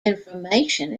information